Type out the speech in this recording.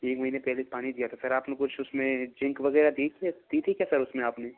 एक महीना पहले पानी दिया था सर आपने कुछ उसमें जिंक वगैरह दी थे दी थी क्या सर उसमें आपने